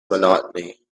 monotony